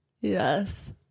Yes